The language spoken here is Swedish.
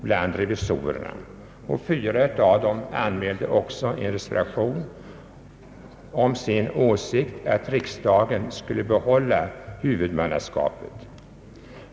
Fyra av revisorerna reserverade sig och ansåg att riksdagen skulle behålla huvudmannaskapet.